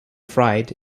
fried